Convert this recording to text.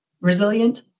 resilient